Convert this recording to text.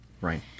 right